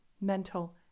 mental